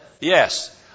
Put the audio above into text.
Yes